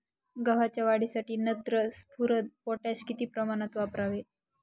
गव्हाच्या वाढीसाठी नत्र, स्फुरद, पोटॅश किती प्रमाणात वापरावे?